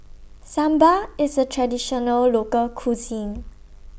Sambar IS A Traditional Local Cuisine